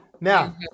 Now